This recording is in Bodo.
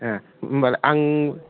ए होनबालाय आं